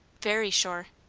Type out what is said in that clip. very sure!